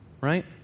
right